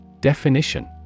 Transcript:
Definition